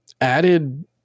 added